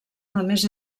només